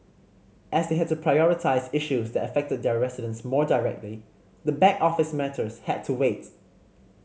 as they had to prioritise issues that affected their residents more directly the back office matters had to wait